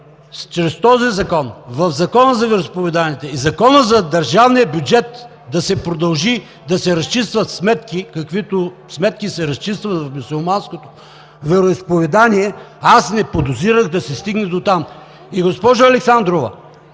чрез този закон в Закона за вероизповеданията и в Закона за държавния бюджет да се продължава да се разчистват сметки, каквито се разчистват в мюсюлманското вероизповедание, аз не подозирах да се стигне дотам. Госпожо Александрова,